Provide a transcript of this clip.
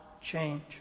change